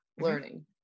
learning